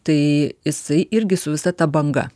tai jisai irgi su visa ta banga